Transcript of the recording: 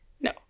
No